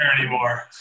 anymore